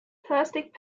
plastic